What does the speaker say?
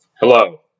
Hello